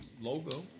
logo